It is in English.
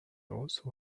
also